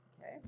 Okay